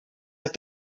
like